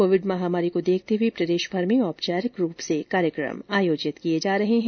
Covid महामारी को देखते हुए प्रदेशभर में औपचारिक रूप से कार्यक्रम आयोजित किए जा रहे हैं